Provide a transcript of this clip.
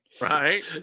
Right